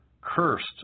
Cursed